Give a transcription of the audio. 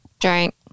Drink